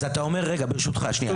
אז אתה אומר רגע ברשותך שנייה,